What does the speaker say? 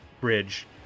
bridge